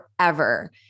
forever